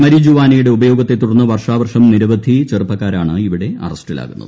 മരിജുവാനയുടെ ഉപയോഗത്തെ തുടർന്ന് വർഷാവർഷം നിരവധി ചെറുപ്പക്കാരാണ് ഇവിടെ അറസ്റ്റിലാകുന്നത്